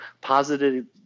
positive